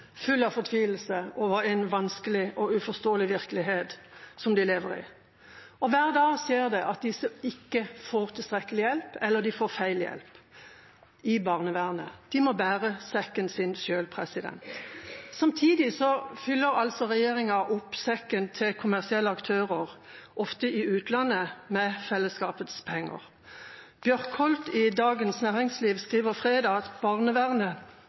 full av fortvilelse over en vanskelig og uforståelig virkelighet som de lever i. Hver dag skjer det at de som ikke får tilstrekkelig hjelp eller får feil hjelp i barnevernet, de må bære sekken sin selv. Samtidig fyller regjeringa opp sekken til kommersielle aktører, ofte i utlandet, med fellesskapets penger. Bjerkholt skriver i Dagens Næringsliv fredag at